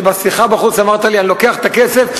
שבשיחה בחוץ אמרת לי: אני לוקח את הכסף,